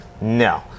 No